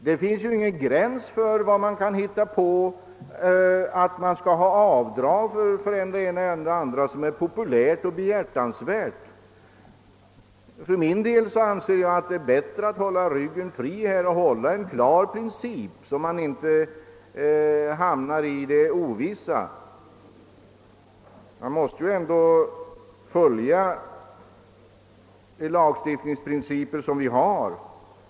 Det finns ingen gräns för vad man kan hitta på att begära avdragsrätt för. Det gäller det ena populära och behjärtansvärda ändamålet efter det andra. För min del anser jag att det är bättre att ha ryggen fri genom att följa en klar princip, så att man inte hamnar i det ovissa. Vi måste följa de lagstiftningsprinciper vi har.